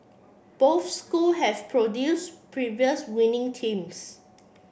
both school have produced previous winning teams